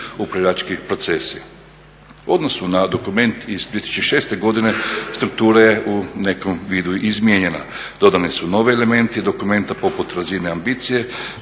upravljački procesi. U odnosu na dokument iz 2006. godine struktura je u nekom vidu izmijenjena. Dodani su novi elementi dokumenta poput razine ambicije,